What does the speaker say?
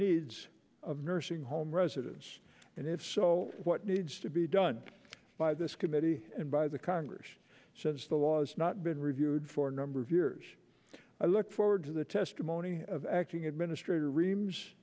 needs of nursing home residents and if so what needs to be done by this committee and by the congress since the law's not been reviewed for a number of years i look forward to the testimony of acting administrator reams